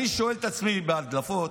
אני שואל את עצמי, בהדלפות,